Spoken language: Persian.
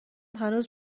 هنوز